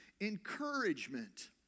encouragement